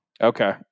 Okay